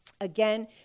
Again